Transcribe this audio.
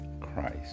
Christ